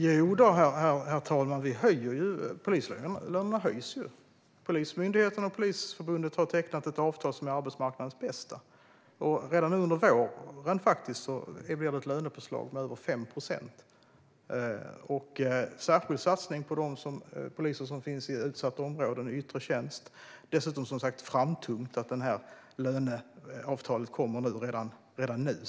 Herr talman! Jodå, polislönerna höjs! Polismyndigheten och Polisförbundet har tecknat ett avtal som är arbetsmarknadens bästa. Redan nu under våren innebär det ett lönepåslag med över 5 procent. Det görs en särskild satsning på de poliser som finns i utsatta områden i yttre tjänst. Dessutom är det som sagt framtungt i och med att löneavtalet kommer redan nu.